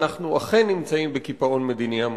ואנחנו אכן נמצאים בקיפאון מדיני עמוק.